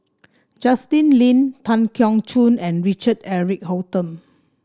Justin Lean Tan Keong Choon and Richard Eric Holttum